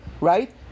Right